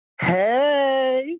Hey